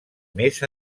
més